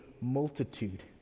multitude